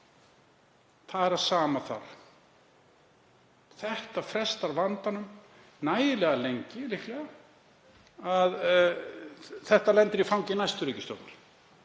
Það er það sama þar. Þetta frestar vandanum nægilega lengi, líklega, þannig að þetta lendir í fangi næstu ríkisstjórnar,